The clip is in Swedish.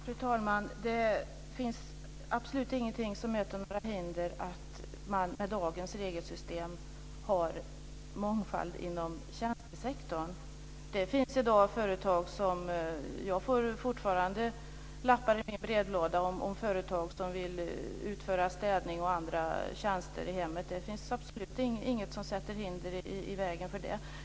Fru talman! Det möter absolut inte några hinder att med dagens regelsystem ha mångfald inom tjänstesektorn. Jag får fortfarande lappar i min brevlåda från företag som vill utföra städning och andra tjänster i hemmet. Det finns absolut inget som sätter hinder i vägen för det.